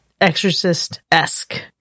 Exorcist-esque